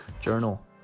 Journal